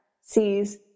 sees